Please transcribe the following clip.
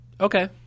okay